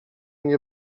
nie